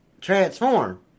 Transform